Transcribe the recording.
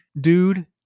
dude